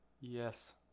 Yes